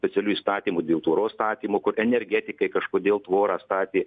specialiu įstatymu dėl tvoros statymo kur energetikai kažkodėl tvorą statė